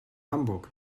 hamburg